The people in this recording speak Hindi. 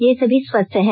ये सभी स्वस्थ हैं